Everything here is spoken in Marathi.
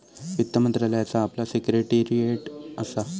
वित्त मंत्रालयाचा आपला सिक्रेटेरीयेट असा